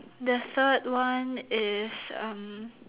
the third one is um